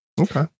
okay